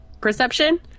Perception